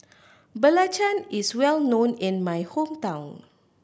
belacan is well known in my hometown